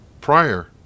prior